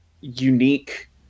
unique